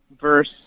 verse